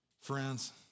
friends